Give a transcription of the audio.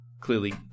clearly